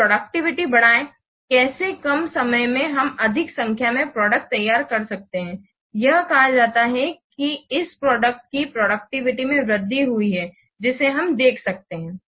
फिर प्रोडक्टिविटी बढ़ाएं कैसे कम समय में हम अधिक संख्या में प्रोडक्ट तैयार कर सकते हैं यह कहा जाता है कि इस प्रोडक्ट कि प्रोडक्टिविटी में वृद्धि हुई है जिसे हम देख सकते हैं